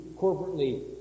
corporately